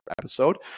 episode